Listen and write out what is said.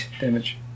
damage